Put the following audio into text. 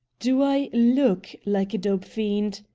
do i look like a dope fiend?